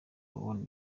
leone